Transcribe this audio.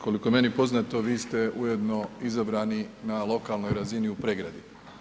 Koliko je meni poznato vi ste ujedno izabrani na lokalnoj razni u Pregradi.